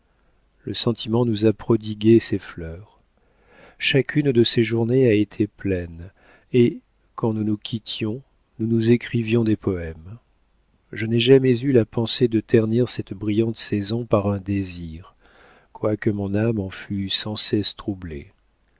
le sentiment nous a prodigué ses fleurs chacune de ces journées a été pleine et quand nous nous quittions nous nous écrivions des poèmes je n'ai jamais eu la pensée de ternir cette brillante saison par un désir quoique mon âme en fût sans cesse troublée